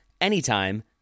anytime